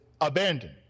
abandoned